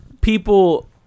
people